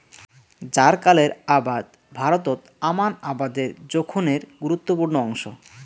জ্বারকালের আবাদ ভারতত আমান আবাদের জোখনের গুরুত্বপূর্ণ অংশ